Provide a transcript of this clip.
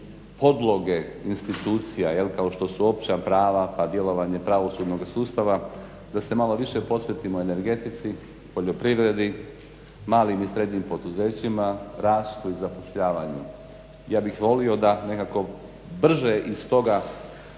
podloge institucija kao što su opća prava pa djelovanje pravosudnog sustava da se malo više posvetimo energetici, poljoprivredi, malim i srednjim poduzećima, rastu i zapošljavanju. Ja bih volio da nekako brže iz toga